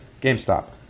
GameStop